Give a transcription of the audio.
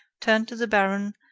turned to the baron,